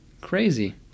Crazy